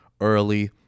early